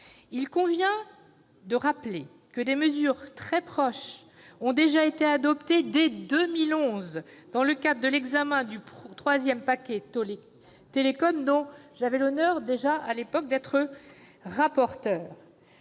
il convient de rappeler que des mesures très proches ont été adoptées dès 2011 dans le cadre de l'examen du « troisième paquet télécom », texte dont j'avais l'honneur, déjà à l'époque, d'être la rapporteur.